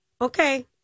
Okay